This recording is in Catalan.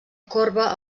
corba